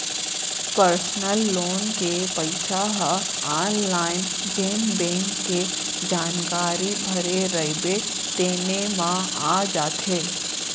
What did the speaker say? personal loan के पइसा ह आनलाइन जेन बेंक के जानकारी भरे रइबे तेने म आ जाथे